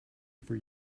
for